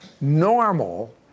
Normal